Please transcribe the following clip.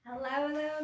Hello